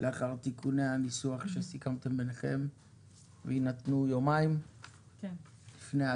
לאחר תיקוני הניסוח שסיכמתם ביניכם ויינתנו יומיים לפני ההצבעה.